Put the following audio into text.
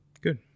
Good